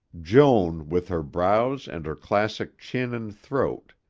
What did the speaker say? joan with her brows and her classic chin and throat,